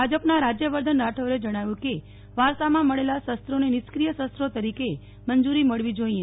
ભાજપના રાજયવર્ધન રાઠૌરે જણાવ્યું કે વારસામાં મળેલાં શસ્ત્રોને નિષ્ક્રિય શસ્ત્રો તરીકે મંજૂરી મળવી જોઇએ